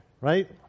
Right